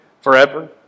forever